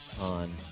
on